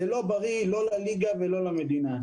זה לא בריא לא לליגה ולא למדינה.